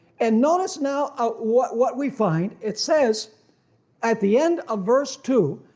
and notice now ah what what we find, it says at the end of verse two.